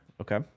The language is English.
Okay